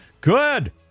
Good